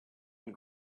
and